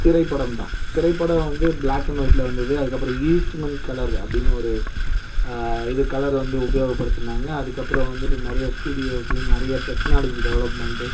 திரைப்படம் தான் திரைப்படம் வந்து ப்ளாக் அன் ஒயிட்டில் வந்தது அதுக்கு அப்புறம் ஈஸ்ட்மென் கலர் அப்படின்னு ஒரு இது கலர் வந்து உபயோகப்படுத்தினாங்க அதுக்கு அப்புறம் வந்துவிட்டு நிறைய ஸ்டூடியோஸு நிறைய டெக்னாலஜி டெவெலப்மென்ட்டு